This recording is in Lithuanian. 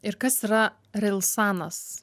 ir kas yra rilsanas